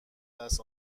دست